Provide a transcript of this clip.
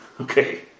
Okay